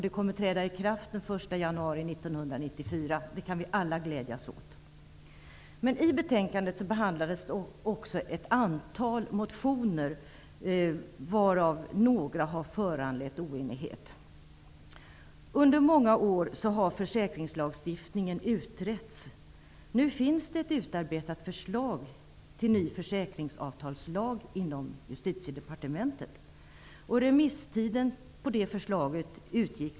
Det kommer att träda i kraft den 1 januari 1994. Det kan vi alla glädjas åt. I betänkandet behandlas också ett antal motioner, varav några föranlett oenighet. Under många år har försäkringslagstiftningen utretts. Nu finns det ett utarbetat förslag till ny försäkringsavtalslag hos justitiedepartementet.